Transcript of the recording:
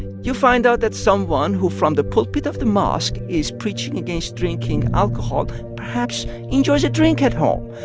you find out that someone who, from the pulpit of the mosque, is preaching against drinking alcohol, perhaps enjoys a drink at home.